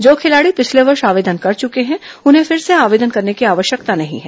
जो खिलाडी पिछले वर्ष आवेदन कर चुके हैं उन्हें फिर से आवेदन करने की आवश्यकता नहीं है